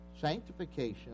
Sanctification